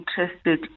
interested